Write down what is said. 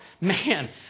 man